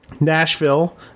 Nashville